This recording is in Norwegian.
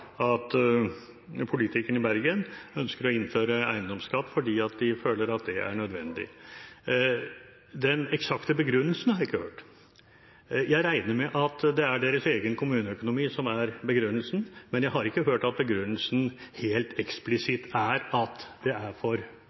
at politikerne i Bergen ønsker å innføre eiendomsskatt fordi de føler at det er nødvendig. Den eksakte begrunnelsen har jeg ikke hørt. Jeg regner med at det er deres egen kommuneøkonomi som er begrunnelsen, men jeg har ikke hørt at begrunnelsen helt eksplisitt er at det er for